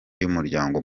y’umuryango